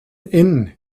inn